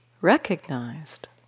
recognized